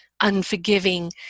unforgiving